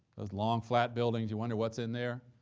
those long, flat buildings, you wonder what's in there.